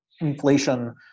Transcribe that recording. inflation